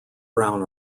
brown